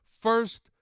First